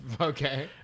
Okay